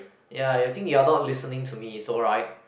ya I think you are not listening to me it's alright